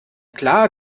klar